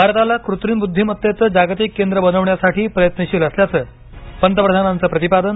भारताला कृत्रिम बुद्धीमत्तेचं जागतिक केंद्र बनवण्यासाठी प्रयत्नशील असल्याचं पंतप्रधानांचं प्रतिपादन